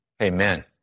Amen